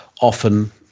often